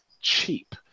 cheap